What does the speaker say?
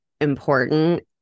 important